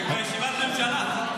זה כבר ישיבת ממשלה.